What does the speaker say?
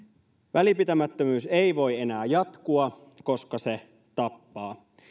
välinpitämättömyys ei voi enää jatkua koska se tappaa